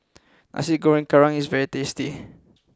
Nasi Goreng Kerang is very tasty